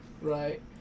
Right